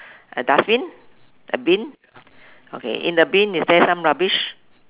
a dustbin a bin okay in the bin is there some rubbish